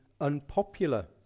unpopular